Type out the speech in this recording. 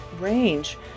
Range